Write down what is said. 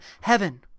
heaven